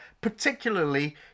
particularly